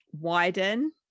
widen